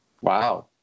Wow